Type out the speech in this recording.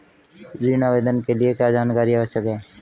ऋण आवेदन के लिए क्या जानकारी आवश्यक है?